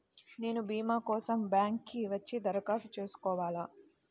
నేను భీమా కోసం బ్యాంక్కి వచ్చి దరఖాస్తు చేసుకోవాలా?